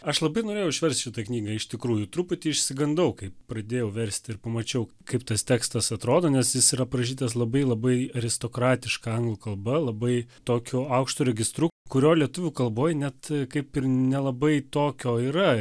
aš labai norėjau išverst šitą knygą iš tikrųjų truputį išsigandau kai pradėjau versti ir pamačiau kaip tas tekstas atrodo nes jis yra parašytas labai labai aristokratiška anglų kalba labai tokiu aukštu registru kurio lietuvių kalboj net kaip ir nelabai tokio yra